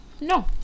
No